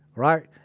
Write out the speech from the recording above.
right,